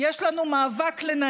את חבר הכנסת יואל חסון,